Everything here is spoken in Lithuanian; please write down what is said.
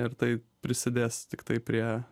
ir tai prisidės tiktai prie